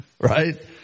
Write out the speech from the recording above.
Right